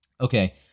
Okay